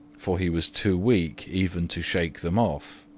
for he was too weak even to shake them off.